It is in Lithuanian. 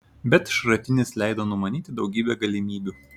bet šratinis leido numanyti daugybę galimybių